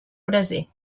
braser